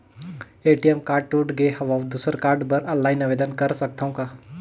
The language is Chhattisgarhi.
ए.टी.एम कारड टूट गे हववं दुसर कारड बर ऑनलाइन आवेदन कर सकथव का?